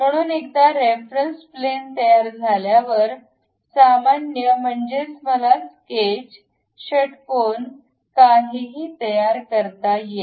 म्हणून एकदा reference plane तयार झाल्यावर सामान्य म्हणजे मला स्केच षटकोन काहीही तयार करता येते